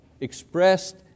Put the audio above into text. expressed